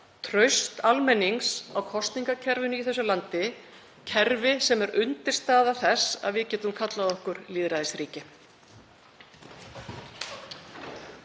traust almennings á kosningakerfinu í þessu landi, kerfi sem er undirstaða þess að við getum kallað okkur lýðræðisríki.